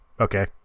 Okay